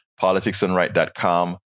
Politicsandright.com